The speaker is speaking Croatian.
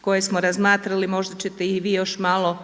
koje smo razmatrali možda ćete ih i vi još malo